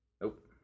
nope